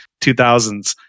2000s